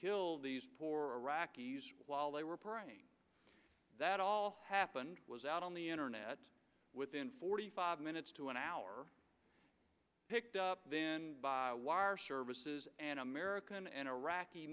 killed these poorer rocky's while they were praying that all happened was out on the internet within forty five minutes to an hour picked up then by wire services and american and iraqi